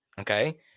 Okay